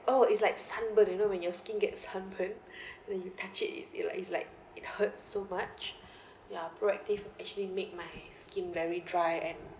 oh it's like sunburn you know when your skin gets sunburn when you touch it it like it's like it hurts so much ya proactive actually made my skin very dry and